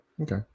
okay